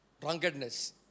drunkenness